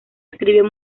escribió